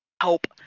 help